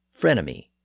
frenemy